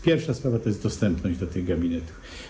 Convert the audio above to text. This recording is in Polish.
Pierwsza sprawa to dostępność do tych gabinetów.